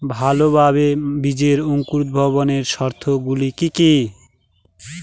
ভালোভাবে বীজের অঙ্কুর ভবনের শর্ত গুলি কি কি?